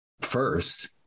first